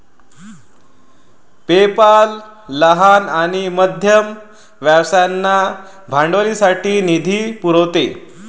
PayPal लहान आणि मध्यम व्यवसायांना भांडवलासाठी निधी पुरवते